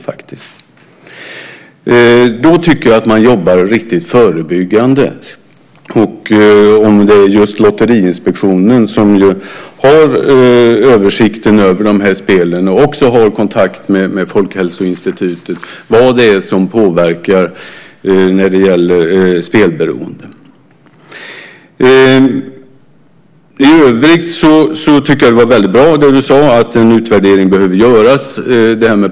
I så fall tycker jag att man jobbar riktigt förebyggande. Just Lotteriinspektionen, som ju har översynen av de här spelen och också har kontakt med Folkhälsoinstitutet, skulle kunna bedöma vad det är som påverkar när det gäller spelberoende. I övrigt tycker jag att det var väldigt bra det du sade, att en utvärdering behöver göras.